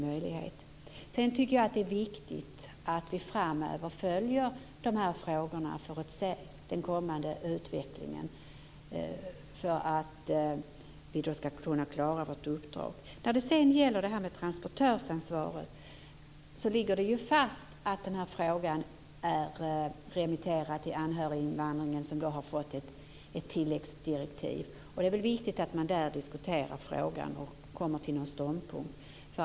Sedan tycker jag att det är viktigt att vi framöver följer de här frågorna för att se den kommande utvecklingen, så att vi ska kunna klara vårt uppdrag. När det gäller transportörsansvaret ligger det ju fast att frågan är remitterad till anhöriginvandringen, som har fått ett tilläggsdirektiv. Det är viktigt att man där diskuterar frågan och kommer fram till en ståndpunkt.